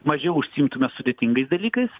mažiau užsiimtume sudėtingais dalykais